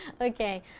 Okay